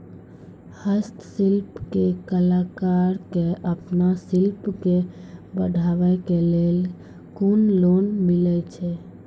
हस्तशिल्प के कलाकार कऽ आपन शिल्प के बढ़ावे के लेल कुन लोन मिलै छै?